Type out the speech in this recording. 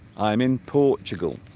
i'm in portugal